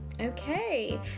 Okay